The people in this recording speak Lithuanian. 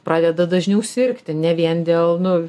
pradeda dažniau sirgti ne vien dėl nu